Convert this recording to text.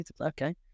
okay